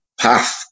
path